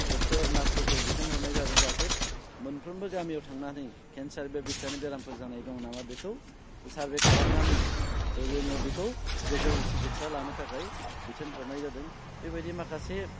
doctor नार्सफोरखौ बिथोन हरनाय जादों जाहाथे मोनफ्रोमबो गामियाव थांनानै केन्सार बा बिखानि बेरामफोर जानाय दं नामा बेखौ सार्भे खालामनानै जोङो बेखौ गोजौ सिखिथसा लानो थाखाय बिथोन हरनाय जादों बेबायदि माखासे